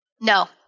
No